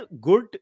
good